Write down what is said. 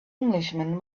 englishman